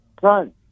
son